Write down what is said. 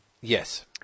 Yes